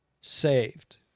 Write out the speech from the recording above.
saved